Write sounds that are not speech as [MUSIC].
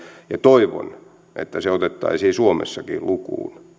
ja toivon että se otettaisiin suomessakin lukuun [UNINTELLIGIBLE]